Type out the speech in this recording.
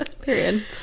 period